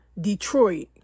Detroit